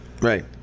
Right